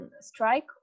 strike